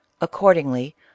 Accordingly